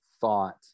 thought